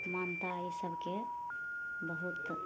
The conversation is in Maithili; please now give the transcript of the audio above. मान्यता ई सबके बहुत